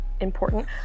important